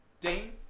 Dane